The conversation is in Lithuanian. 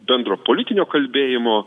bendro politinio kalbėjimo